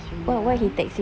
chill lah